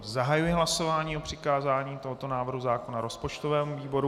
Zahajuji hlasování o přikázání tohoto návrhu zákona rozpočtovému výboru.